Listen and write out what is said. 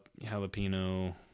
jalapeno